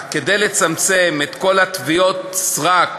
כדי לצמצם את כל תביעות הסרק